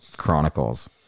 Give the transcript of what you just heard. chronicles